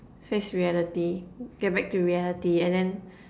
face reality get back to reality and then